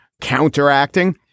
counteracting